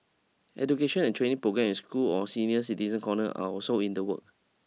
education and training programmes in school or senior citizen corners are also in the work